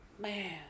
man